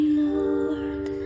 Lord